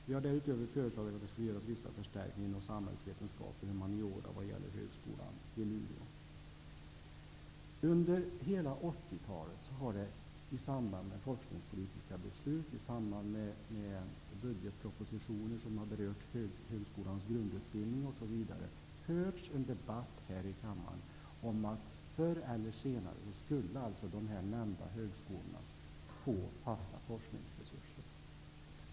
Vi har därutöver föreslagit att det skulle göras vissa förstärkningar inom samhällsvetenskap och humaniora vad gäller Under hela 80-talet har det i samband med forskningspolitiska beslut, i samband med budgetpropositioner som har berört högskolans grundutbildning, förts en debatt här i kammaren om att de nämnda högskolorna förr eller senare skulle få fasta forskningsresurser.